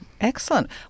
Excellent